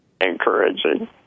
encouraging